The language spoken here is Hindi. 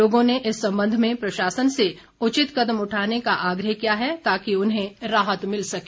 लोगों ने इस संबंध में प्रशासन से उचित कदम उठाने का आग्रह किया है ताकि उन्हें राहत मिल सके